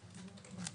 ממשקאות?